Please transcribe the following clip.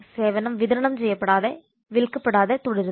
സേവനം വിതരണം ചെയ്യപ്പെടാതെ വിൽക്കപ്പെടാതെ തുടരുന്നു